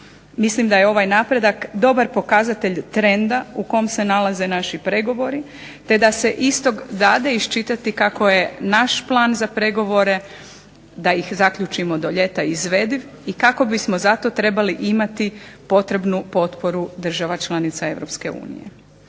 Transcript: Mislim da je ovaj napredak dobar pokazatelj trenda u kom se nalaze naši pregovori, te da se iz tog dade iščitati kako je naš plan za pregovore da ih zaključimo do ljeta izvediv i kako bismo za to trebali imati potrebnu potporu država članice